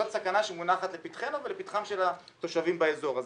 זאת סכנה שמונחת לפתחנו ולפתחם של התושבים באזור הזה.